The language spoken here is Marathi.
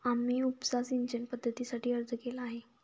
आम्ही उपसा सिंचन पद्धतीसाठी अर्ज केला आहे